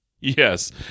Yes